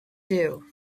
dew